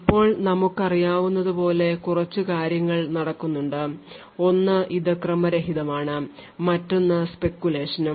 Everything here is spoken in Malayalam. ഇപ്പോൾ നമുക്ക് അറിയാവുന്നതുപോലെ കുറച്ച് കാര്യങ്ങൾ നടക്കുന്നുണ്ട് ഒന്ന് ഇതു ക്രമരഹിതമാണ് മറ്റൊന്നു speculation ഉം